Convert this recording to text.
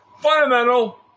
fundamental